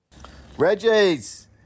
Reggies